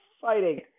fighting